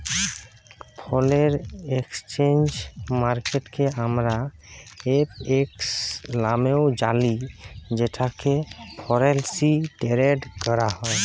foreign exchange মার্কেটকে আমরা FX লামেও জালি যেখালে ফরেলসি টেরেড ক্যরা হ্যয়